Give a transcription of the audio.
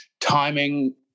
timing